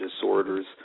disorders